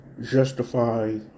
justify